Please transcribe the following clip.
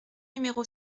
numéro